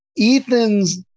Ethan's